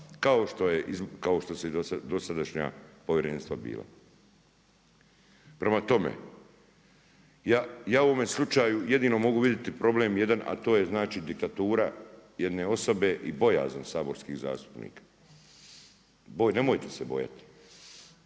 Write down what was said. kao što se i dosadašnja povjerenstva bila. Prema tome, ja u ovome slučaju jedino mogu vidjeti problem jedan, ta to je znači diktatura jedne osobe i bojaznost saborskih zastupnika. Nemojte se bojati.